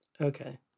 Okay